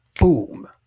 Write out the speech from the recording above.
Boom